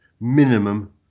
minimum